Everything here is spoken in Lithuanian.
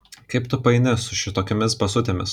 kaip tu paeini su šitokiomis basutėmis